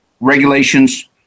regulations